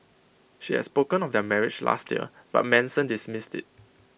she had spoken of their marriage last year but Manson dismissed IT